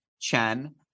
Chen